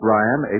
Ryan